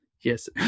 Yes